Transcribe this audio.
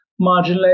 marginalized